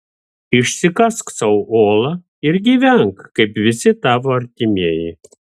išsikask sau olą ir gyvenk kaip visi tavo artimieji